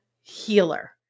healer